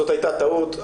זאת הייתה טעות,